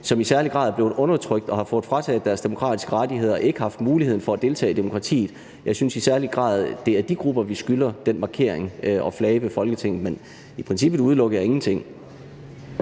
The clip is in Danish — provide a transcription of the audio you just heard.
som i særlig grad er blevet undertrykt og har fået frataget deres demokratiske rettigheder, og som ikke har haft muligheden for at deltage i demokratiet, som vi skylder den markering at flage ved Folketinget. Men i princippet udelukker jeg ingenting.